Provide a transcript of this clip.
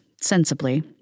sensibly